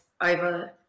over